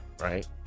right